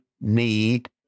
need